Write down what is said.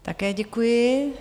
Také děkuji.